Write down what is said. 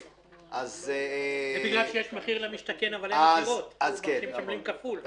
זה בגלל שיש "מחיר למשתכן" אבל אין עוד דירות ואנשים משלמים כפול.